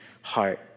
heart